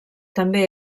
també